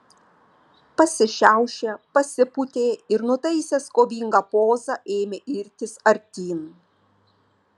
pasišiaušė pasipūtė ir nutaisęs kovingą pozą ėmė irtis artyn